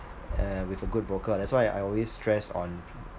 uh with a good broker that's why I always stress on